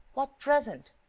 what present?